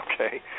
okay